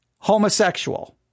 Homosexual